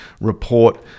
report